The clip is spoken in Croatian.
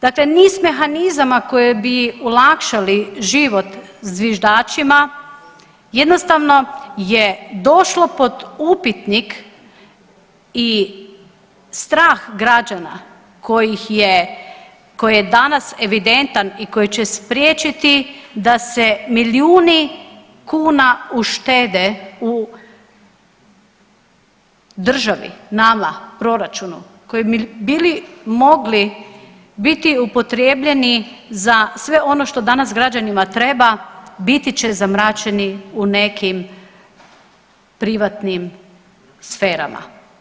Dakle, niz mehanizama koji bi olakšali život zviždačima jednostavno je došlo pod upitnik i strah građana kojih je, koji je danas evidentan i koji će spriječiti da se milijuni kuna uštede u državi, nama, proračuna koji bi bili mogli biti upotrijebljeni za sve ono što danas građanima treba, biti će zamračeni u nekim privatnim sferama.